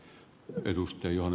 arvoisa puhemies